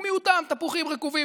ומיעוטם תפוחים רקובים,